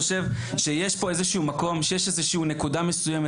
חושב שיש פה איזשהו מקום או נקודה מסוימת,